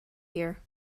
here